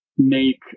make